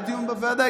היה דיון בוועדה.